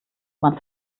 man